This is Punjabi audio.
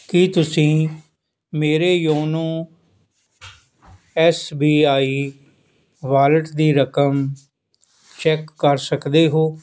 ਕੀ ਤੁਸੀਂਂ ਮੇਰੇ YONO S B I wallet ਦੀ ਰਕਮ ਚੈੱਕ ਕਰ ਸਕਦੇ ਹੋ